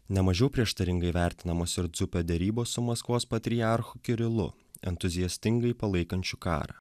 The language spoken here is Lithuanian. nemažiau prieštaringai vertinamos ir dzupio derybos su maskvos patriarchu kirilu entuziastingai palaikančių karą